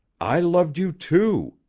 i loved you too.